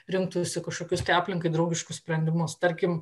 rinktųsi kažkokius tai aplinkai draugiškus sprendimus tarkim